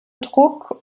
druck